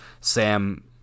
Sam